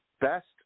best